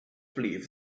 believe